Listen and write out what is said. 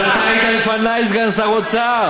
אבל אתה היית לפני סגן שר אוצר.